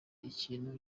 ikintu